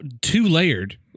two-layered